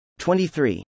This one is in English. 23